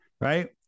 right